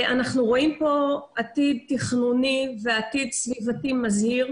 אנחנו רואים כאן עתיד תכנוני ועתיד סביבתי מזהיר.